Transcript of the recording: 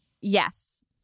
Yes